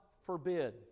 forbid